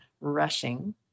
rushing